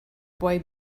boy